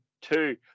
two